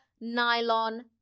nylon